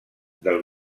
del